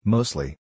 Mostly